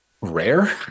rare